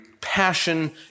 passion